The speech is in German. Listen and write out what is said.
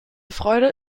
freude